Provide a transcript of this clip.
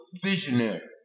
visionary